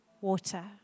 water